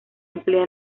emplea